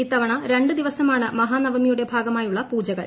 ഇത്തവണ രണ്ട് ദിവസമാണ് മഹാനവമിയുടെ ഭാഗമായുള്ള പൂജകൾ